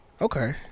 Okay